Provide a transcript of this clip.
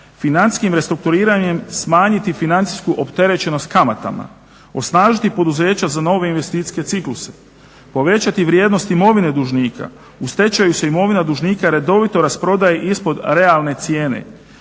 financijskim restrukturiranjem smanjiti financijsku opterećenost kamatama, osnažiti poduzeća za nove investicijske cikluse, povećati vrijednost imovine dužnika, u stečaju se imovina dužnika redovito rasprodaje ispod realne cijene,